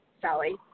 Sally